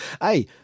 hey